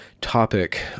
topic